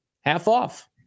Half-off